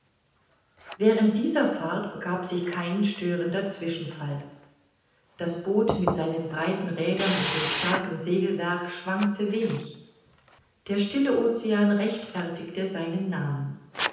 während dieser fahrt begab sich kein störender zwischenfall das boot mit seinen breiten rädern und dem starken segelwerk schwankte wenig der stille ocean rechtfertigte seinen namen